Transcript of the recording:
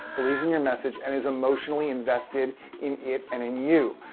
believes in your message, and is emotionally invested in it and in you.